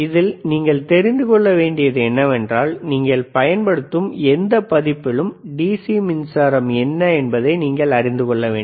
இதில் நீங்கள் தெரிந்து கொள்ளவேண்டியது என்னவென்றால் நீங்கள் பயன்படுத்தும் எந்த பதிப்பிலும் டிசி மின்சாரம் என்ன என்பதை நீங்கள் அறிந்து கொள்ள வேண்டும்